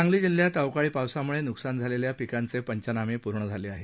सांगली जिल्ह्यात अवकाळी पावसाम्ळे न्कसान झालेल्या पिकांचे पंचनामे पूर्ण झाले आहेत